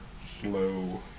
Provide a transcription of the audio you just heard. slow